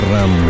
Ram